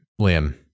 Liam